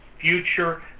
future